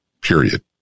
period